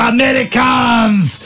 Americans